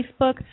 facebook